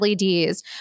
LEDs